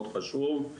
מאוד חשוב.